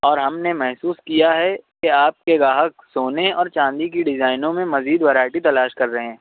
اور ہم نے محسوس کیا ہے کہ آپ کے گاہک سونے اور چاندی کی ڈیزائنوں میں مزید ورائٹی تلاش کر رہے ہیں